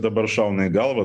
dabar šauna į galvą